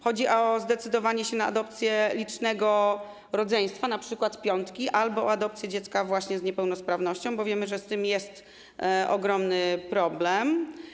Chodzi o zdecydowanie się na adopcję licznego rodzeństwa, np. piątki, albo na adopcję dziecka właśnie z niepełnosprawnością, bo wiemy, że z tym jest ogromny problem.